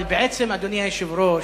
אבל בעצם, אדוני היושב-ראש,